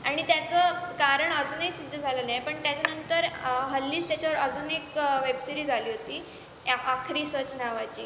आणि त्याचं कारण अजूनही सिद्ध झालं नाही पण त्याच्यानंतर हल्लीच त्याच्यावर अजून एक वेब सिरीज आली होती ॲ आखरी सच नावाची